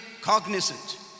cognizant